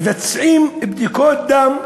מבצעים בדיקות דם,